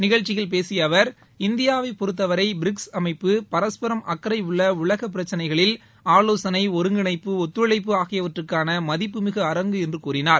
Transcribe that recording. நிகழ்ச்சியில் பேசிய அவர் இந்தியாவை பொருத்தவரை பிரிக்ஸ் அமைப்பு பரஸ்பரம் அக்கறையுள்ள உலக பிரச்சினைகளில் ஆலோசனை ஒருங்கிணைப்பு ஒத்துழைப்பு ஆகியவற்றுக்கான மதிப்பு மிகு அரங்கு என்று கூறினார்